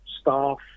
staff